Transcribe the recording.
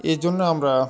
এ জন্য আমরা